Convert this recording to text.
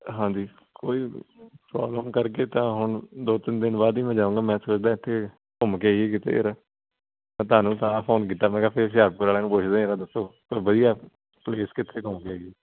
ਹਾਂਜੀ ਕੋਈ ਪ੍ਰੋਬਲਮ ਕਰਕੇ ਤਾਂ ਹੁਣ ਦੋ ਤਿੰਨ ਦਿਨ ਬਾਅਦ ਈ ਮੈਂ ਜਾਊਂਗਾ ਮੈਂ ਸੋਚਦਾਂ ਐਥੇ ਘੁੰਮ ਕੇ ਆਈਏ ਕਿਤੇ ਯਾਰ ਮੈਂ ਤੁਹਾਨੂੰ ਤਾਂ ਫੋਨ ਕੀਤਾ ਮੈਂ ਕਿਹਾ ਫੇਰ ਹੁਸ਼ਿਆਰਪੁਰ ਆਲਿਆਂ ਨੂੰ ਪੁੱਛਦੇ ਆ ਜਰਾ ਦੱਸੋ ਕੋਈ ਵਧੀਆ ਪਲੇਸ ਕਿੱਥੇ ਘੁੰਮ ਕੇ ਆਈਏ